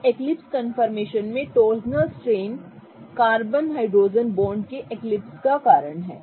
तो eclipse conformation में torsional strain carbon hydrogen bond के एक्लिप्स के कारण है